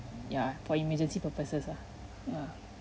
ya for emergency purposes ah